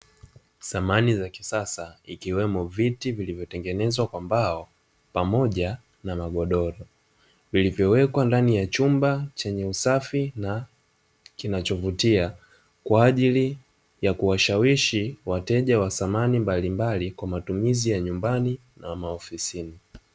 Samani za kisasa, ikiwemo viti vilivyotengenezwa kwa mbao pamoja na magodoro, vilivyowekwa ndani ya chumba chenye usafi na kinachovutia kwa ajili ya kuwashawishi wateja wa samani mbalimbali kwa matumizi ya nyumbani na maofisini.